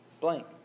blank